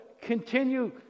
continue